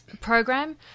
program